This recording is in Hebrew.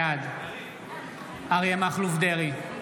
בעד אריה מכלוף דרעי,